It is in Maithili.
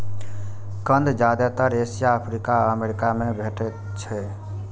कंद जादेतर एशिया, अफ्रीका आ अमेरिका मे भेटैत छैक